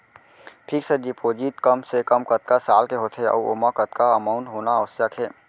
Fix deposit कम से कम कतका साल के होथे ऊ ओमा कतका अमाउंट होना आवश्यक हे?